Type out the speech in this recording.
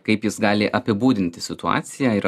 kaip jis gali apibūdinti situaciją ir